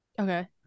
okay